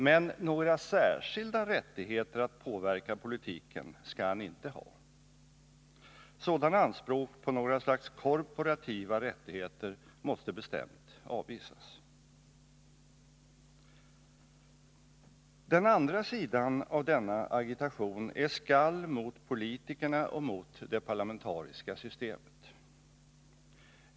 Men några särskilda rättigheter att påverka politiken skall han inte ha. Sådana anspråk på några slags korporativa rättigheter måste bestämt avvisas. Den andra sidan av denna agitation är skall mot politikerna och mot det parlamentariska systemet.